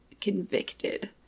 convicted